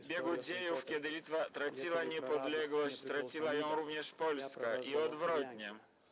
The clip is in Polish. W biegu dziejów, kiedy Litwa traciła niepodległość, traciła ją również Polska, i odwrotnie.